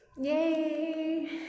yay